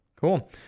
Cool